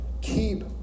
Keep